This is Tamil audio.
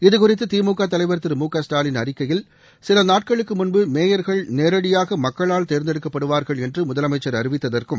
இதுகுறித்து திமுக தலைவர் திரு மு க ஸ்டாலின் அறிக்கையில் சில நாட்களுக்கு முன்பு மேயர்கள் நேரடியாக மக்களால் தேர்ந்தெடுக்கப்படுவார்கள் என்று முதலமைச்சர் அறிவித்ததற்கும்